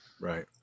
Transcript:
Right